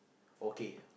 okay